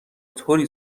طوری